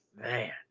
man